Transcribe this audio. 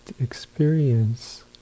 experience